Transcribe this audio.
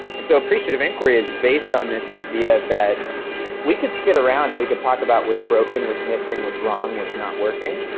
and so, appreciative inquiry is based on this idea that we could sit around and we could talk about what's broken, what's missing, what's wrong, what's not working,